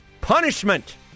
Punishment